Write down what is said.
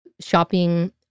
shopping